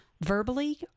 verbally